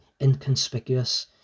inconspicuous